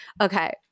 Okay